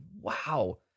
wow